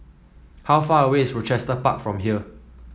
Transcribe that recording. how far away is Rochester Park from here